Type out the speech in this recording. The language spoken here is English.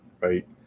right